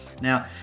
Now